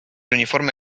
uniforme